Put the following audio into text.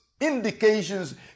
indications